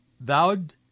vowed